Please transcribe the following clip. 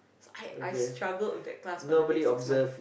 I I struggled with that class for the next six months